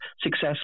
success